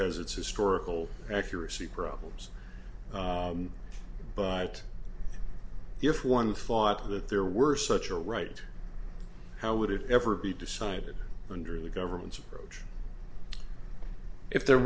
has its historical accuracy problems but if one thought that there were such a right how would it ever be decided under the government's approach if there